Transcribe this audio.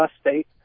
State